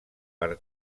per